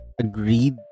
agreed